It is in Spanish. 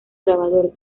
grabador